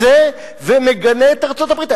ומגנה את ארצות-הברית.